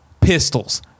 pistols